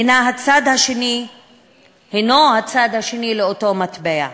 אינו הצד השני לאותו מטבע?